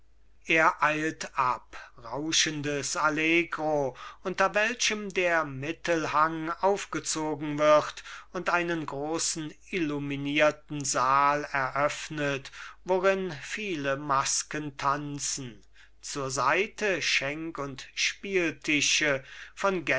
er eilt ab rauschendes allegro unter welchem der mittelhang aufgezogen wird und einen großen illuminierten saal eröffnet worin viele masken tanzen zur seite schenk und spieltische von